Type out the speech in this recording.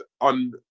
on